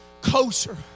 Closer